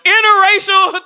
Interracial